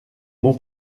mon